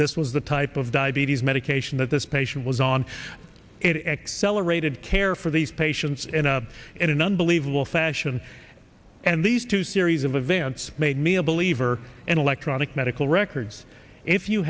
this was the type of diabetes medication that this patient was on it accelerated care for these patients and in an unbelievable fashion and these two series of events made me a believer in electronic medical records if you